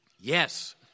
Yes